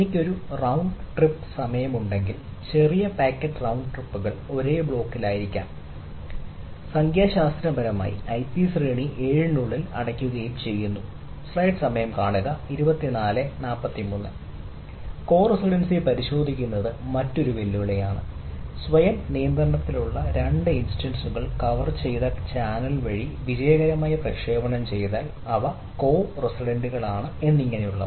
എനിക്ക് ഒരു round trip coresidency പരിശോധിക്കുന്നത് മറ്റൊരു വെല്ലുവിളിയാണ് സ്വയം നിയന്ത്രണത്തിലുള്ള രണ്ട് ഇൻസ്റ്റൻസസ് കവർ ചെയ്ത ചാനൽ വഴി വിജയകരമായി പ്രക്ഷേപണം ചെയ്താൽ അവർ കോ റസിഡന്റ്കളാണ് എന്നിങ്ങനെയുള്ളവ